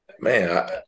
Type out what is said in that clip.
Man